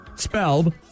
Spelled